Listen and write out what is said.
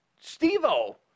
Steve-O